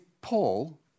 Paul